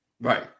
right